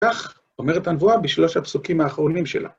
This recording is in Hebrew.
כך אומרת הנבואה בשלוש הפסוקים האחרונים שלה.